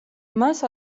მას